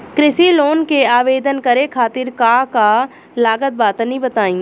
कृषि लोन के आवेदन करे खातिर का का लागत बा तनि बताई?